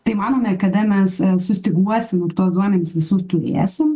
tai manome kada mes sustyguosim ir tuos duomenis visus turėsim